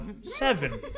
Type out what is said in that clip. seven